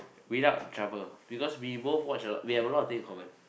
without trouble because we both watch a we have a lot of thing in common